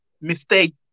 mistake